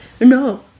No